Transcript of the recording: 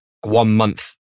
one-month